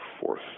fourth